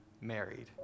married